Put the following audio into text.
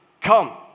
come